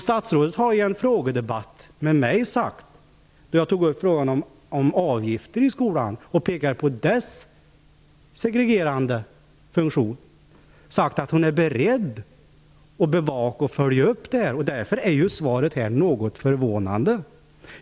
I en frågedebatt då jag tog upp frågan om avgifter i skolan och pekade på dessas segregerande funktion sade statsrådet att hon var beredd att bevaka och följa upp frågan. Därför är detta interpellationssvar något förvånande.